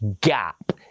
gap